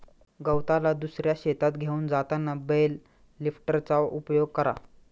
गवताला दुसऱ्या शेतात घेऊन जाताना बेल लिफ्टरचा उपयोग करा